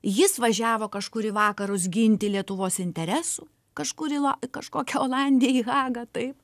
jis važiavo kažkur į vakarus ginti lietuvos interesų kažkur į la kažkokią olandiją į hagą taip